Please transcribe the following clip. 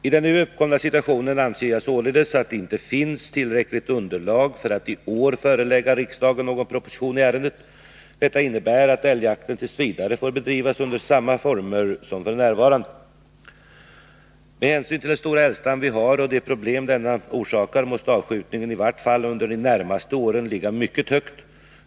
I den nu uppkomna situationen anser jag således att det inte finns tillräckligt underlag för att i år förelägga riksdagen någon proposition i ärendet. Detta innebär att älgjakten t. v. får bedrivas i samma former som f.n. Med hänsyn till den stora älgstam vi har och de problem denna orsakar, måste avskjutningen i vart fall under de närmaste åren ligga mycket högt.